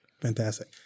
Fantastic